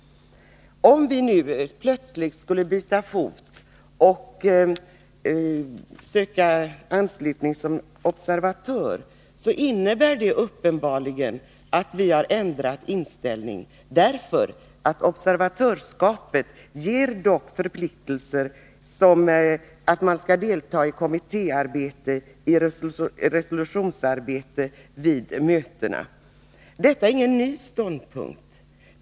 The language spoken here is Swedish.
Om vi nu plötsligt skulle byta fot och söka anslutning som observatör innebär det uppenbarligen att vi har ändrat inställning. Observatörskapet innebär nämligen förpliktelser som att delta i kommittéarbete och i resolutionsarbete vid mötena. Detta är ingen ny ståndpunkt.